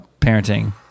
parenting